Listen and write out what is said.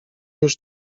już